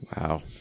Wow